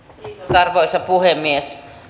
arvoisa puhemies